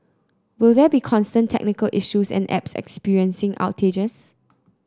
will there be constant technical issues and apps experiencing outrages